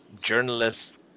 journalists